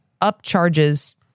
upcharges